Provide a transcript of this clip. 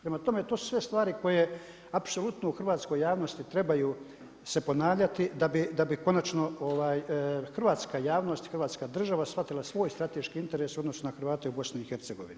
Prema tome, to su sve stvari koje apsolutno u hrvatskoj javnosti trebaju se ponavljati da bi konačno hrvatska javnost i Hrvatska država shvatila svoj strateški interes u odnosu na Hrvate u Bosni i Hercegovini.